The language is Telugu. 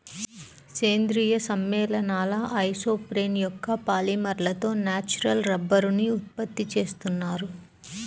సేంద్రీయ సమ్మేళనాల ఐసోప్రేన్ యొక్క పాలిమర్లతో న్యాచురల్ రబ్బరుని ఉత్పత్తి చేస్తున్నారు